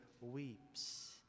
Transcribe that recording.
weeps